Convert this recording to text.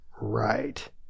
right